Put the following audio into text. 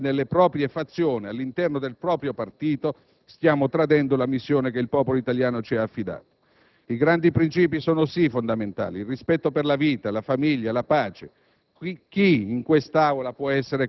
spesso affermando distinguo nella propria fazione, all'interno del proprio partito, stiamo tradendo la missione che il popolo italiano ci ha affidato. I grandi princìpi sono sì fondamentali, il rispetto per la vita, la famiglia, la pace.